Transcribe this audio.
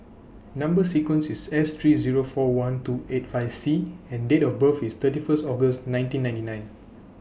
Number sequence IS S three Zero four one two eight five C and Date of birth IS thirty First August nineteen ninety nine